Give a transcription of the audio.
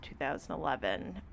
2011